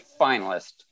finalist